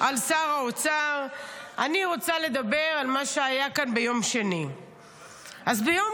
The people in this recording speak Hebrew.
אז למה יש עוד פעם אזעקות